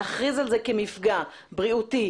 להכריז על זה כמפגע בריאותי,